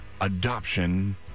adoption